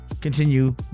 Continue